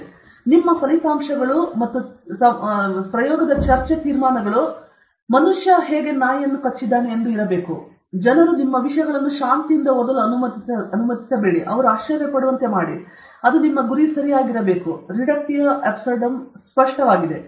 ಆದ್ದರಿಂದ ಒತ್ತಡ ಒತ್ತಡಕ್ಕೆ ವರ್ಗಾವಣೆಯಾಗುವ ಶಾಖ ಹೆಚ್ಚಾಗುತ್ತದೆ ಆದ್ದರಿಂದ ಇದು ಒಂದು ಸಣ್ಣ ಟ್ಯೂಬ್ ವ್ಯಾಸವನ್ನು ಬಳಸಲು ಹೆಚ್ಚು ಪ್ರಯೋಜನಕಾರಿಯಾಗಿದೆ ಮತ್ತು ಹೌದು ಜನರು ಹೇಳುತ್ತಿದ್ದಾರೆ ಅವರು ಏನು ಹೇಳುತ್ತಿದ್ದಾರೆ ಅವನು ಏನು ಹೇಳುತ್ತಿದ್ದಾನೆ ಅವನು ಏನು ಹೇಳುತ್ತಿದ್ದಾನೆ ಆಶ್ಚರ್ಯ ನಿಮ್ಮ ಕೆಲಸವನ್ನು ಓದಿದ ಎಲ್ಲ ಜನರನ್ನು ಅಸಂಗತಗೊಳಿಸು ಜನರು ನಿಮ್ಮ ವಿಷಯಗಳನ್ನು ಶಾಂತಿಯಿಂದ ಓದಲು ಅನುಮತಿಸಬೇಡಿ ಅದು ನಿಮ್ಮ ಗುರಿ ಸರಿಯಾಗಿರಬೇಕು ರಿಡಕ್ಟಿಯೊ ಆಬ್ಸರ್ಡಮ್ ಸ್ಪಷ್ಟವಾಗಿದೆ